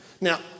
Now